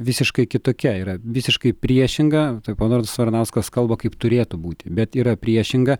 visiškai kitokia yra visiškai priešinga tai ponas varanauskas kalba kaip turėtų būti bet yra priešinga